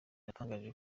yatangaje